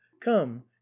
Come